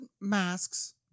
masks